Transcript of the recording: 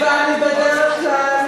ולהצביע בעד החוק הזה,